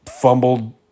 fumbled